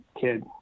kid